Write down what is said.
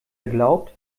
glaubt